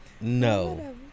No